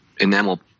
enamel